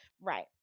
Right